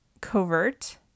covert